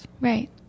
Right